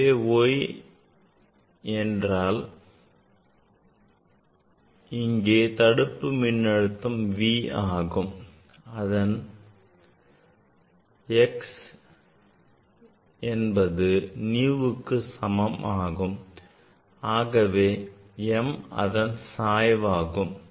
எனவே y என்றால் இங்கே தடுப்பு மின்னழுத்தம் V ஆகும் and x சமம் nu ஆகும் ஆகவே m இதன் சாய்வாகும்